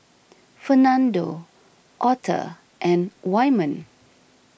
Fernando Author and Wyman